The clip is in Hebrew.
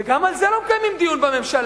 וגם על זה לא מקיימים דיון בממשלה.